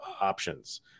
options